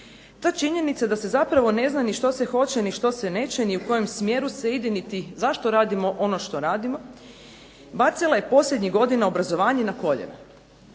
Ta činjenica da se zapravo ne zna ni što se hoće ni što se neće ni u kojem smjeru se ide, niti zašto radimo ono što radimo bacila je posljednjih godina obrazovanje na koljena.